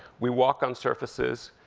we walk on surfaces,